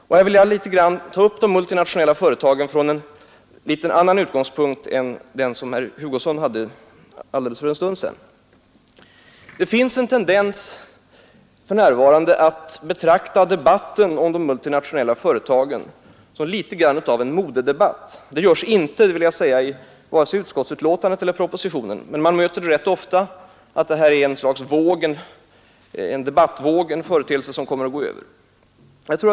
Jag vill i detta sammanhang ta upp de multinationella företagen från en något annan utgångspunkt än herr Hugosson för en Styrelserepresentaliten stund sedan gjorde. tionförsdå Fe Det finns för närvarande en tendens att betrakta debatten om de ställda i multinationella företagen som något av en modedebatt. Det sker inte — aktiebolag och ftälnäte sköna a S a EA i det vill jag säga — i vare sig propositionen eller utskottsbetänkandet, men ekonomiska för man möter ofta den inställningen att det är fråga om ett slags debattvåg, en företeelse som kommer att vara övergående.